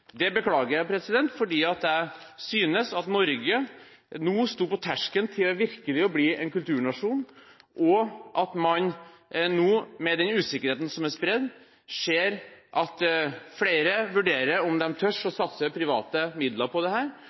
Det beklager jeg, for jeg synes at Norge nå sto på terskelen til virkelig å bli en kulturnasjon, at man nå – med den usikkerheten som er spredd – ser at flere vurderer om de tør å satse private midler på dette, og at man ser at flere vurderer sin egen framtid, enten det